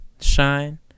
shine